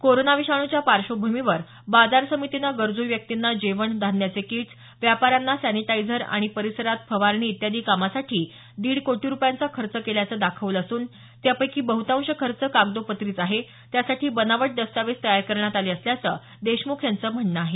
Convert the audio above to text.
corona विषाणूच्या पार्श्वभूमीवर बाजार समितीनं गरजू व्यक्तींना जेवण धान्याचे किट्स व्यापाऱ्यांना सॅनिटायझर आणि परिसरात फवारणी इत्यादी कामासाठी दीड कोटी रुपयांचा खर्च केल्याचं दाखवलं असून त्यापैकी बहुताश खर्च कागदोपत्रीच आहे त्यासाठी बनावट दस्तावेज तयार करण्यात आले असल्याचं देशम्ख यांचं म्हणणं आहे